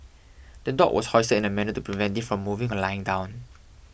the dog was hoisted in a manner to prevent it from moving or lying down